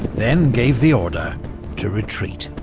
then gave the order to retreat.